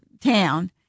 town